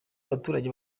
abaturage